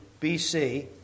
BC